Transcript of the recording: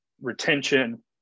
retention